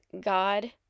God